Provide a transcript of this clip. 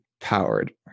powered